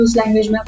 language